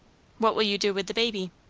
what will you do with the baby?